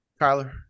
Kyler